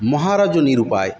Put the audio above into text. মহারাজও নিরুপায়